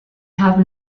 have